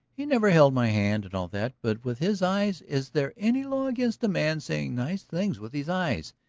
he never held my hand and all that. but with his eyes. is there any law against a man saying nice things with his eyes?